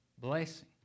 Blessing